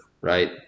right